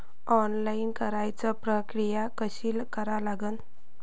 Online कराच प्रक्रिया कशी करा लागन?